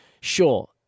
Sure